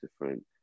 different